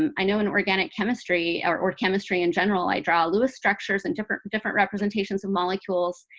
um i know in organic chemistry, or or chemistry in general, i draw lewis structures and different different representations of molecules,